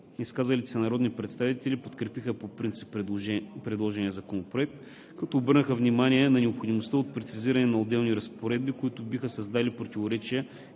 изказалите се народни представители подкрепиха по принцип предложения законопроект, като обърнаха внимание на необходимостта от прецизиране на отделни разпоредби, които биха създали противоречия